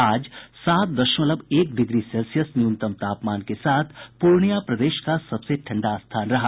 आज सात दशमलव एक डिग्री सेल्सियस न्यूनतम तापमान के साथ पूर्णिया प्रदेश का सबसे ठंडा स्थान रहा